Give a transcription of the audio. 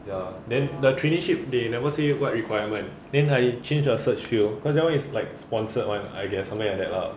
ya then the traineeship they never say what requirement then I change the search field cause that [one] is like sponsored [one] I guess something like that lah